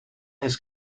his